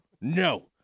no